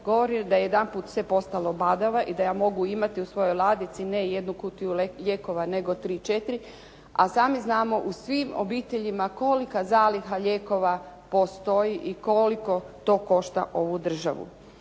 Govori da je odjedanput sve postalo badava i da ja mogu imati u svojoj ladici ne jednu kutiju lijekova nego 3, 4, a sami znamo u svim obiteljima kolika zaliha lijekova postoji i koliko to košta ovu državu.